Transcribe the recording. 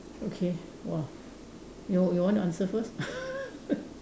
okay !wah! you you want to answer first